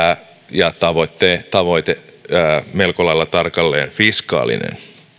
ja tavoite oli melko lailla tarkalleen fiskaalinen